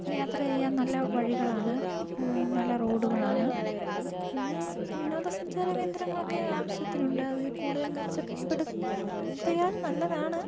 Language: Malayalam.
യാത്ര ചെയ്യാൻ നല്ല വഴികളാണ് നല്ല റോഡുകളാണ് പിന്നെ വിനോദസഞ്ചാര കേന്ദ്രങ്ങളൊക്കെ ആവിശ്യത്തിന് ഉണ്ട് അത് കൂടുതൽ മെച്ചപ്പെടുത്തിയാൽ നല്ലതാണ്